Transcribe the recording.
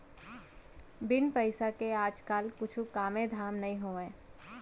बिन पइसा के आज काल कुछु कामे धाम नइ होवय